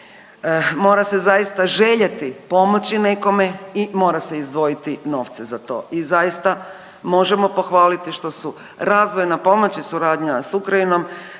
Mora se zaista željeti pomoći nekome i mora se izdvojiti novce za to. I zaista možemo pohvaliti što su razvojna pomoć i suradnja sa Ukrajinom